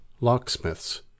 locksmiths